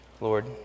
Lord